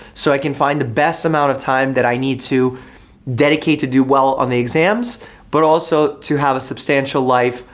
so i can find the best amount of time that i need to dedicate to do well on the exams but also to have a substantial life,